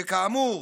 שכאמור,